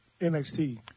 NXT